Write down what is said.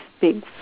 big